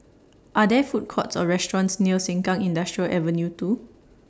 Are There Food Courts Or restaurants near Sengkang Industrial Avenue two